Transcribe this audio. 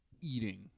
eating